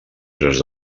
tres